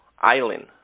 Island